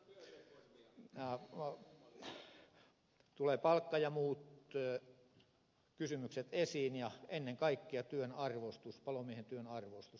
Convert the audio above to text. siinä tulevat palkka ja muut kysymykset esiin ja ennen kaikkea palomiehen työn arvostus